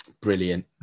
Brilliant